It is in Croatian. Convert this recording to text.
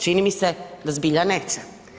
Čini mi se da zbilja neće.